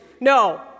no